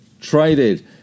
traded